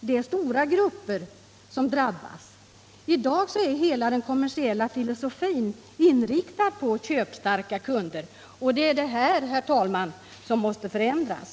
Det är stora grupper som drabbas. I dag är hela den kommersiella filosofin inriktad på köpstarka kunder. Det är detta, herr talman, som måste förändras.